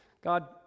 God